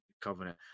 Covenant